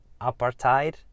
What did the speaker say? Apartheid